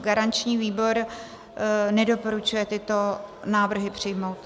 Garanční výbor nedoporučuje tyto návrhy přijmout.